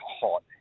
hot